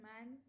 man